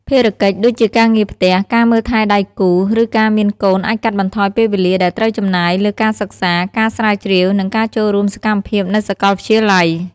ភារកិច្ចដូចជាការងារផ្ទះ ការមើលថែដៃគូ ឬការមានកូន អាចកាត់បន្ថយពេលវេលាដែលត្រូវចំណាយលើការសិក្សា ការស្រាវជ្រាវ និងការចូលរួមសកម្មភាពនៅសកលវិទ្យាល័យ។